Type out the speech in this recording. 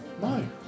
No